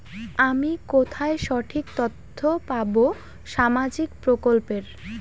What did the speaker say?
আমি কোথায় সঠিক তথ্য পাবো সামাজিক প্রকল্পের?